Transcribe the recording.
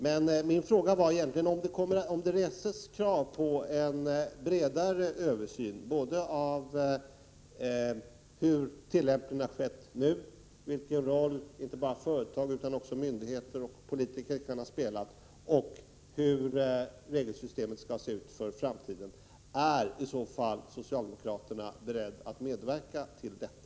Men min fråga var egentligen: Om det reses krav på en bredare översyn både av hur tillämpningen har skett nu, vilken roll inte bara företag utan också myndigheter och politiker kan ha spelat, och av hur regelsystemet skall se ut i framtiden — är socialdemokraterna i så fall beredda att medverka till detta?